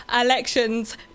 elections